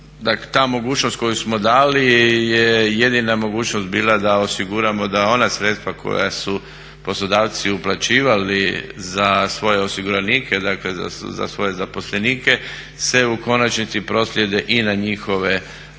ta mogućnost koju smo dali je jedina mogućnost bila da osiguramo da ona sredstva koja su poslodavci uplaćivali za svoje osiguranike, dakle za svoje zaposlenike, se u konačnici prosljeđuje i na njihove